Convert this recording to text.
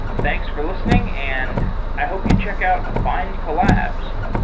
thanks for listening, and i hope you check out findcollabs